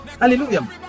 hallelujah